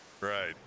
Right